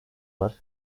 var